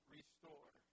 Restore